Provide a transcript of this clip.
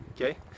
okay